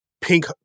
pink